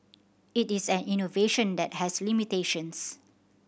it is an innovation that has limitations